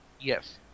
Yes